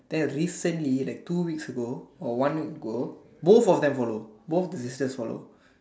then recently like two weeks ago or one week ago both of them follow both the sisters follow